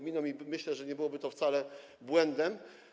Myślę, że nie byłoby to wcale błędem.